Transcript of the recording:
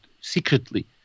secretly